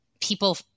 People